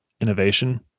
Innovation